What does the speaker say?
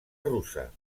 russa